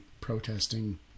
protesting